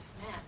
man